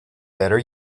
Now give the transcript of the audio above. better